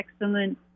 excellent